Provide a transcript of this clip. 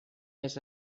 més